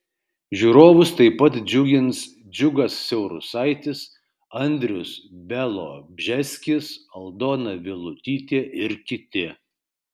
žiūrovus taip pat džiugins džiugas siaurusaitis andrius bialobžeskis aldona vilutytė ir kiti